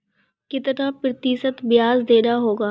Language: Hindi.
कितना प्रतिशत ब्याज देना होगा?